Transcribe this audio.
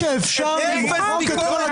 אפס ביקורת